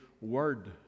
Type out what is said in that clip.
Word